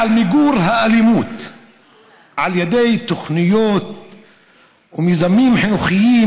על מיגור האלימות על ידי תוכניות ומיזמים חינוכיים,